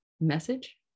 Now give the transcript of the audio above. message